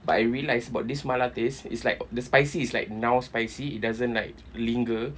but I realized about this mala taste is like the spicy is like now spicy it doesn't like linger